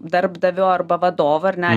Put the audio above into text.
darbdavio arba vadovo ar ne